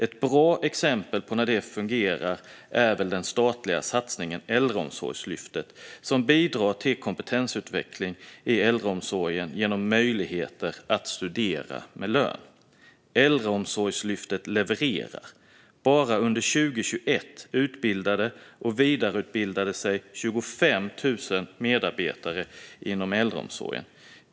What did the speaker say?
Ett bra exempel på när det fungerar väl är den statliga satsningen Äldreomsorgslyftet, som bidrar till kompetensutveckling i äldreomsorgen genom möjligheter att studera med lön. Äldreomsorgslyftet levererar. Bara under 2021 utbildade eller vidareutbildade sig 25 000 medarbetare inom äldreomsorgen.